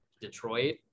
detroit